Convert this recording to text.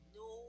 no